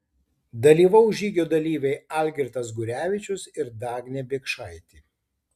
dalyvaus žygio dalyviai algirdas gurevičius ir dagnė biekšaitė